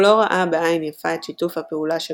הוא לא ראה בעין יפה את שיתוף הפעולה של